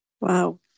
Wow